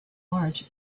large